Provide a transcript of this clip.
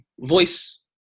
Voice